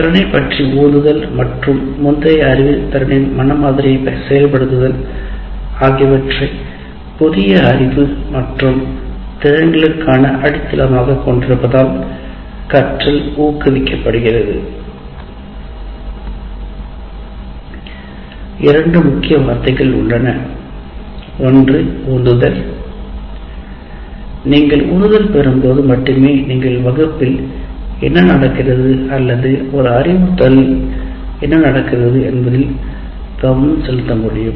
திறனைப் பற்றி உந்துதல் மற்றும் முந்தைய அறிவுத் திறனின் மன மாதிரியை செயல்படுத்துதல் ஆகியவற்றை புதிய அறிவு மற்றும் திறன்களுக்கான அடித்தளமாக கொண்டிருப்பதால் கற்றல் ஊக்குவிக்கப்படுகிறது உள்ளன ஒன்று உந்துதல் நீங்கள் உந்துதல் பெறும்போது மட்டுமே நீங்கள் வகுப்பில் என்ன நடக்கிறது அல்லது ஒரு அறிவுறுத்தலில் என்ன நடக்கிறது என்பதில் கவனம் செலுத்த முடியும்